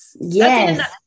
Yes